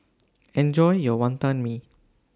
Enjoy your Wantan Mee